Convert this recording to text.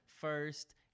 first